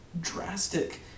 drastic